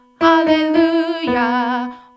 Hallelujah